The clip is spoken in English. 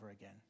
again